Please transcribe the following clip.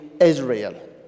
Israel